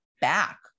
back